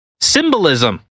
Symbolism